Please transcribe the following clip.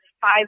five